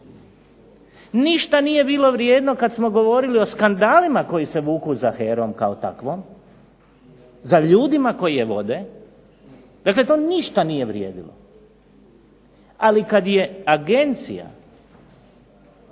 Ništa vrijedno nije bilo kada smo govorili o skandalima koji se vuku za HERA-om kao takvom, za ljudima koje je vode, dakle to ništa nije vrijedilo. Ali kada je Agencija